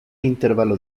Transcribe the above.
intervalo